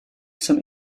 zum